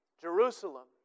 Jerusalem